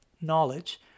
knowledge